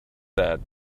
that